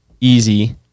easy